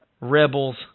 Rebels